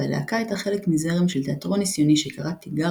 והלהקה הייתה חלק מזרם של תיאטרון ניסיוני שקרא תגר